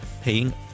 paying